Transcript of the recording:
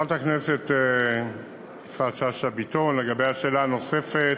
חברת הכנסת יפעת שאשא ביטון, לגבי השאלה הנוספת,